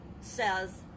says